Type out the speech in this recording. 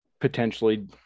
potentially